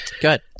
Good